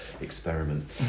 experiment